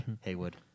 Haywood